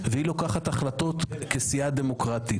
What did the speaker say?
וסיעת הליכוד לוקחת החלטות כסיעה דמוקרטית.